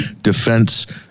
defense